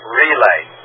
relay